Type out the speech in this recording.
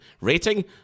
Rating